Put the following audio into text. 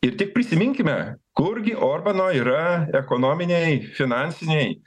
ir tik prisiminkime kurgi orbano yra ekonominiai finansiniai